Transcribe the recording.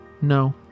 No